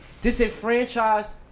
disenfranchised